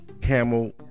Camel